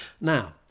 Now